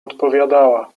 odpowiadała